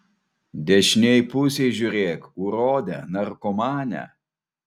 dešinėj pusėj žiūrėk urode narkomane